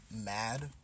mad